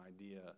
idea